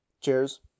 Cheers